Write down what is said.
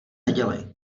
nedělej